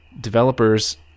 developers